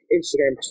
Instagram